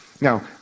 Now